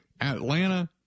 Atlanta